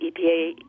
EPA